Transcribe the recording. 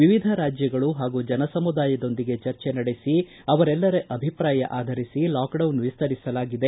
ವಿವಿಧ ರಾಜ್ಯಗಳು ಹಾಗೂ ಜನಸಮುದಾಯದೊಂದಿಗೆ ಚರ್ಚೆ ನಡೆಸಿ ಅವರೆಲ್ಲರ ಅಭಿಪ್ರಾಯ ಆಧರಿಸಿ ಲಾಕ್ಡೌನ್ ವಿಸ್ತರಿಸಲಾಗಿದೆ